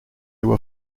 were